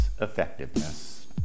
effectiveness